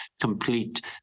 complete